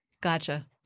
Gotcha